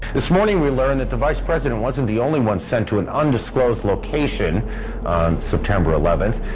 this morning we learned that the vice-president wasn't the only one sent to an undisclosed location on september eleventh,